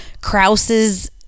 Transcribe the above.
Krause's